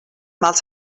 mals